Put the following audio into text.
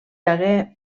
hagué